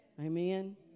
amen